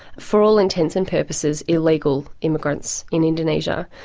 for all intents and purposes, illegal immigrants in indonesia.